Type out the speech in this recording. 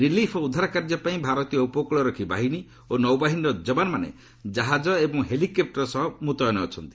relief ଓ ଉଦ୍ଧାର କାର୍ଯ୍ୟ ପାଇଁ ଭାରତୀୟ ଉପକ୍ରକ୍ଷି ବାହିନୀ ଓ ନୌବାହିନୀର ଯବାନମାନେ ଜାହାଜ ଓ ହେଲିକପ୍ଟର ସହ ମୁତୟନ ଅଛନ୍ତି